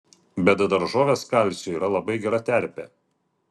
bet daržovės kalciui yra labai gera terpė